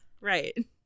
Right